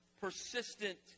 persistent